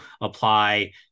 apply